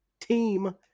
team